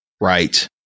Right